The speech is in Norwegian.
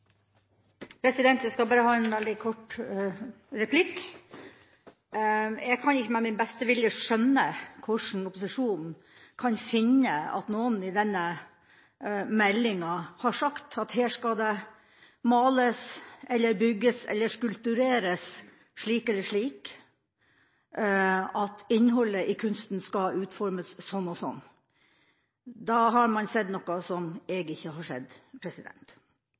basis. Jeg skal bare ha en veldig kort replikk. Jeg kan ikke med min beste vilje skjønne hvordan opposisjonen kan finne at noen i denne meldinga har sagt at her skal det males, bygges eller skulpteres slik eller slik, og at innholdet i kunsten skal utformes slik og slik. Da har man sett noe jeg ikke har